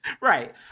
Right